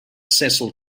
cecil